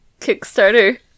Kickstarter